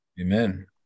Amen